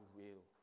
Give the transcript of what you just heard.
real